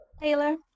Taylor